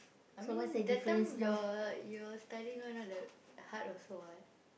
I mean that time your your studying one lah the hard also [what]